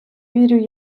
вірю